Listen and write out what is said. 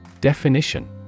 Definition